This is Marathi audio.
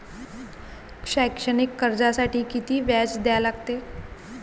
शैक्षणिक कर्जासाठी किती व्याज द्या लागते?